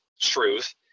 truth